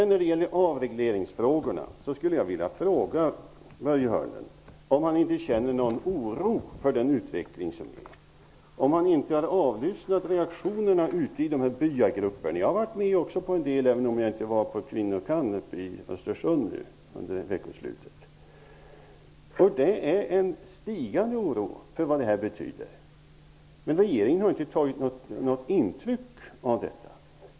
När det gäller avregleringsfrågorna skulle jag vilja fråga Börje Hörnlund om han inte känner någon oro för den nuvarande utvecklingen. Har han inte avlyssnat reaktionerna ute hos byagrupperna? Jag har varit med på en del sammankomster, även om jag inte var på Kvinnor kan-mässan i Östersund under veckoslutet. Det finns en stigande oro för vad avregleringen betyder. Men regeringen har inte tagit något intryck av det.